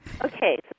Okay